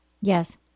Yes